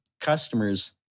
customers